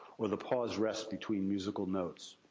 or the pause-rest between musical notes.